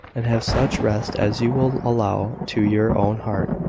and have such rest as you will allow to your own heart.